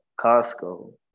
Costco